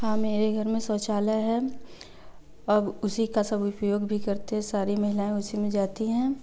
हाँ मेरे घर में शौचालय है अब उसी का सब उपयोग भी करते हैं सारी महिलाएँ उसी में जाती हैं